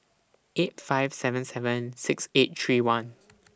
eight five seven seven six eight three one